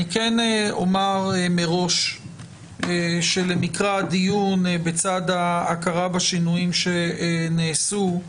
אני כן אומר מראש שלמקרא הדיון בצד ההכרה בשינויים שנעשו,